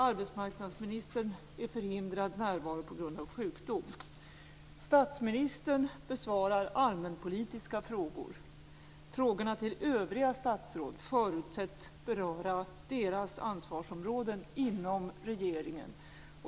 Arbetsmarknadsministern är på grund av sjukdom förhindrad att närvara. Frågorna till övriga statsråd förutsätts beröra deras ansvarsområden inom regeringen.